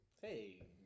Hey